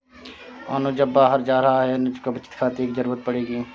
अनुज अब बाहर जा रहा है अनुज को बचत खाते की जरूरत पड़ेगी